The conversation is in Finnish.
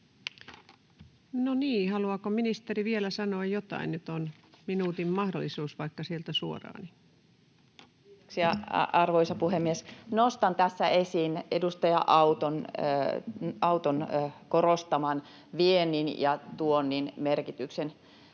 No niin, haluaako ministeri vielä sanoa jotain? Nyt on minuutin mahdollisuus vaikka sieltä suoraan. Kiitoksia, arvoisa puhemies! Nostan tässä esiin edustaja Auton korostaman viennin ja tuonnin merkityksen.